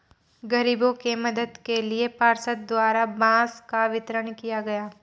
गरीबों के मदद के लिए पार्षद द्वारा बांस का वितरण किया गया